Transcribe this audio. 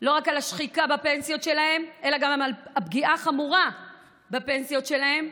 לא רק על השחיקה בפנסיות שלהם אלא גם על הפגיעה החמורה בפנסיות שלהם.